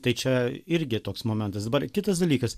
tai čia irgi toks momentas dabar kitas dalykas